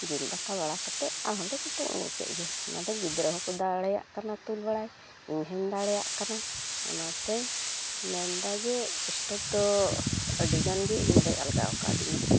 ᱡᱤᱞ ᱫᱟᱠᱟ ᱵᱟᱲᱟ ᱠᱟᱛᱮᱫ ᱟᱨᱦᱚᱸ ᱞᱮ ᱠᱩᱴᱩᱝ ᱟᱹᱜᱩᱠᱮᱫ ᱜᱮ ᱚᱱᱟᱫᱚ ᱜᱤᱫᱽᱨᱟᱹ ᱦᱚᱸ ᱠᱚ ᱫᱟᱲᱮᱭᱟᱜ ᱠᱟᱱᱟ ᱛᱩᱞ ᱵᱟᱲᱟ ᱤᱧᱦᱚᱸᱭ ᱫᱟᱲᱮᱭᱟᱜ ᱠᱟᱱᱟ ᱚᱱᱛᱮᱧ ᱢᱮᱱᱫᱟ ᱡᱮ ᱥᱴᱳᱵᱷ ᱫᱚ ᱟᱹᱰᱤ ᱜᱟᱱᱜᱮ ᱤᱧᱫᱚᱭ ᱟᱞᱜᱟᱣ ᱟᱠᱟᱫᱤᱧᱟᱹ